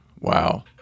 wow